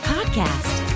Podcast